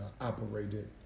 operated